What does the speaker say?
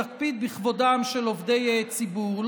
יקפיד בכבודם של עובדי ציבור,